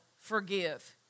forgive